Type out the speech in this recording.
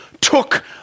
took